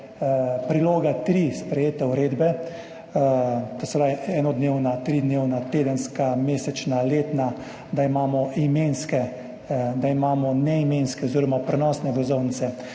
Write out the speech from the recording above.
priloga 3 sprejete uredbe, to se pravi enodnevna, tridnevna, tedenska, mesečna, letna, da imamo imenske, da imamo neimenske oziroma prenosne vozovnice